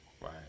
Right